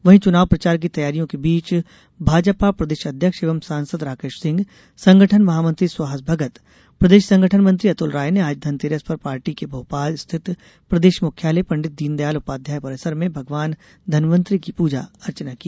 वहीं चुनाव प्रचार की तैयारियों के बीच भाजपा प्रदेश अध्यक्ष एवं सांसद राकेश सिंह संगठन महामंत्री सुहास भगत प्रदेश संगठन मंत्री अतुल राय ने आज धनतेरस पर पार्टी के भोपाल स्थित प्रदेश मुख्यालय पंडित दीन दयाल उपाध्याय परिसर में भगवान धनवंतरी की पूजा अर्चना की